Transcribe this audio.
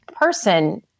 person